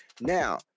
Now